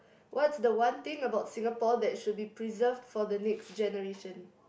what's the one thing about Singapore that should be preserved for the next generation